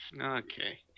Okay